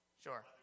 Sure